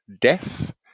death